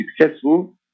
successful